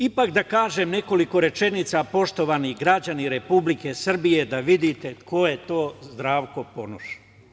Ipak da kažem nekoliko rečenica, poštovani građani Republike Srbije, da vidite ko je to Zdravko Ponoš.